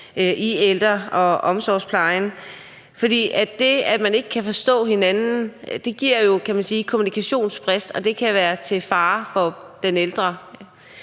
i ældre- og omsorgsplejen. For det, at man ikke kan forstå hinanden, giver jo, kan man sige, en kommunikationsbrist, og det kan være til fare for den ældre.